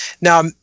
Now